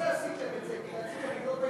בגלל זה עשיתם את זה, כי רציתם לבנות בהתנחלויות.